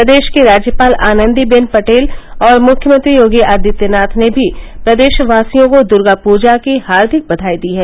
प्रदेश की राज्यपाल आनन्दीबेन पटेल और मुख्यमंत्री योगी आदित्यनाथ ने भी प्रदेशवासियों को दुर्गा पूजा की हार्दिक बधाई दी है